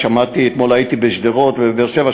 אתמול הייתי בשדרות ובבאר-שבע,